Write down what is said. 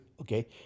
okay